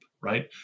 right